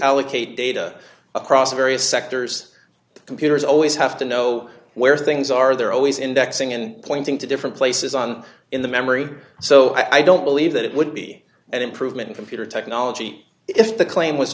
allocate data across various sectors computers always have to know where things are they're always indexing and pointing to different places on in the memory so i don't believe that it would be an improvement in computer technology if the claim was